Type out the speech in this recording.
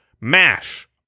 MASH